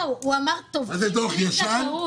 מה זה, דוח ישן?